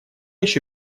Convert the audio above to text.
ещё